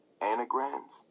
Anagrams